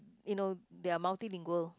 you know they are multilingual